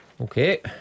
Okay